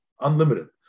unlimited